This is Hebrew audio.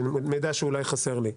מידע שאולי חסר לי.